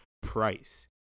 price